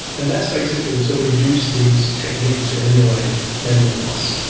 and that's basically, so we use these techniques to emulate memory loss.